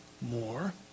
More